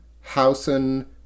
Hausen